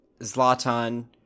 Zlatan